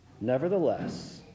Nevertheless